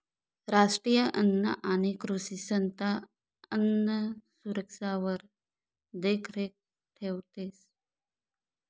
राष्ट्रीय अन्न आणि कृषी संस्था अन्नसुरक्षावर देखरेख ठेवतंस